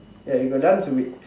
ya you got dance with